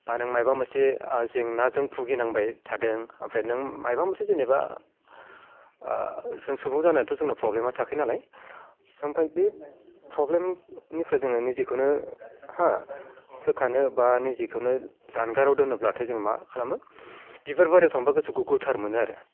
बा नों मायबा मोनसे जेंनाजों भुगिनांबाय थादों ओमफ्राय नों मायबा मोनसे जेनेबा जों सुबुं जानानैथ' जोंना प्रब्लेमा थाखायो नालाय ओमफ्राय बे प्रब्लेमनिफ्राय जोङो जिखुनु हा सोखानो बा नै जिखुनु जानगाराव दोनोब्लाथाय जों मा खालामो बिबार बारियाव थांबा गोसोखौ गोथार मोनो आरो